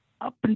up